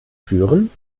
führen